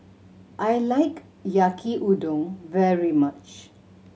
I like Yaki Udon very much